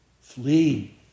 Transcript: Flee